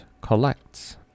collects